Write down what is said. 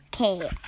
Okay